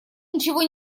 ничего